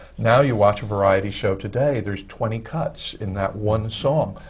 now, you watch a variety show today, there's twenty cuts in that one song.